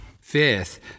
Fifth